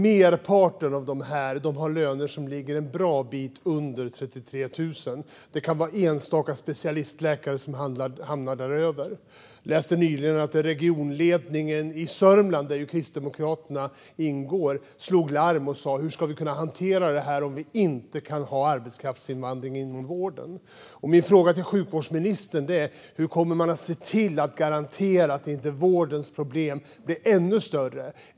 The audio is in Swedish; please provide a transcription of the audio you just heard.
Merparten av dem har löner som ligger en bra bit under 33 000 kronor. Enstaka specialistläkare kan hamna däröver. Jag läste nyligen att regionledningen i Sörmland, där Kristdemokraterna ingår, slog larm och sa: Hur ska vi kunna hantera det här inom vården om vi inte kan ha arbetskraftsinvandring? Min fråga till sjukvårdsministern är: Hur kommer man att garantera att vårdens problem inte blir ännu större?